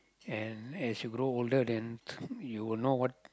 and as you grow older then you will know what